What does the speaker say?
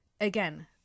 Again